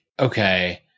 okay